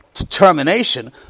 determination